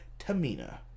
Tamina